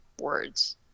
words